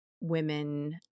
women